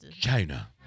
China